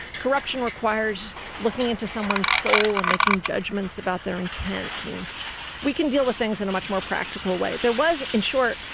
corruption requires looking into someone's soul and making judgments about their intent. and we can deal with things in a much more practical way. there was in short,